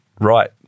right